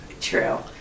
True